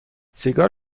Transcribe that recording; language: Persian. سیگار